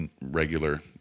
regular